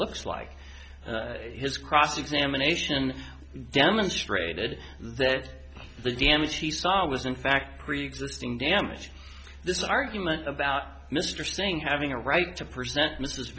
looks like his cross examination demonstrated that the damage he saw was in fact preexisting damage this argument about mr sting having a right to present mrs